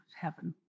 heaven